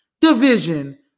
division